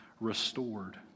restored